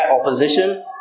opposition